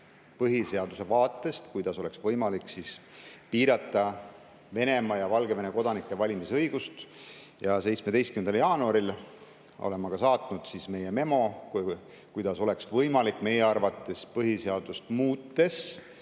põhiseaduse vaatest, kuidas oleks võimalik piirata Venemaa ja Valgevene kodanike valimisõigust. 17. jaanuaril saatsime me memo, kuidas oleks võimalik meie arvates põhiseadust muutes